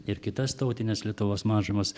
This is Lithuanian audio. ir kitas tautines lietuvos mažumas